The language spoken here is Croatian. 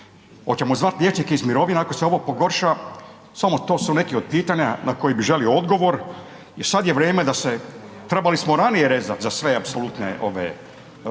Oćemo zvat liječnike iz mirovine ako se ovo pogorša? Samo to su neki od pitanja na koji bi želio odgovor jel sad je vrijeme da se, trebali smo ranije rezat za sve apsolutne ove